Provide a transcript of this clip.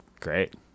Great